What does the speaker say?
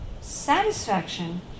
satisfaction